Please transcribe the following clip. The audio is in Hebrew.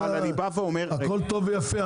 הכול טוב ויפה.